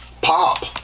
pop